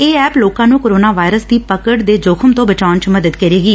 ਇਹ ਐਪ ਲੋਕਾਂ ਨੂੰ ਕੋਰੋਨਾ ਵਾਇਰਸ ਦੀ ਪਕੜ ਦੇ ਜੋਖ਼ਮ ਤੋਂ ਬਚਾਉਣ ਚ ਮਦਦ ਕਰੇਗੀ